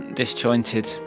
disjointed